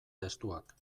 testuak